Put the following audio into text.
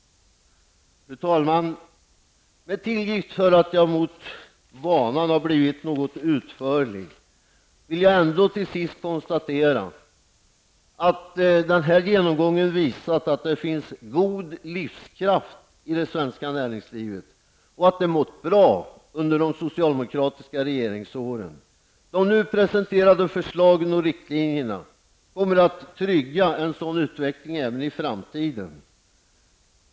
Fru talman! Med tillgift för att jag mot vanan blivit något utförlig vill jag ändå till sist konstatera att den här genomgången visat att det finns god livskraft i det svenska näringslivet och att det mått bra under de socialdemokratiska regeringsåren. De nu presenterade förslagen och riktlinjerna kommer att trygga en sådan utveckling även i framtiden.